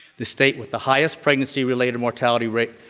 the state with the highest pregnancy-related morbidity rate